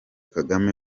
kagame